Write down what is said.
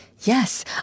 Yes